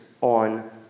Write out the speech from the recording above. on